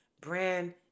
Brand